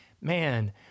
man